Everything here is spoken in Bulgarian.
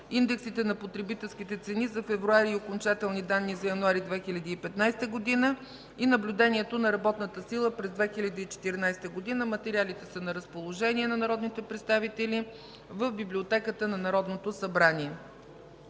индексите на потребителските цени за февруари и окончателни данни за януари 2015 г. и наблюдението на работната сила през 2014 г. Материалите са на разположение на народните представители в Библиотеката на Народното събрание.